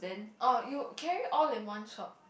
oh you carry all in one shot